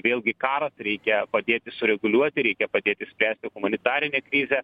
vėlgi karas reikia padėti sureguliuoti reikia padėti išspręsti humanitarinę krizę